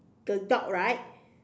the dog right